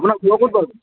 আপোনাৰ ঘৰ ক'ত বাৰু